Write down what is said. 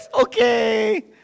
Okay